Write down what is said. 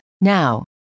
Now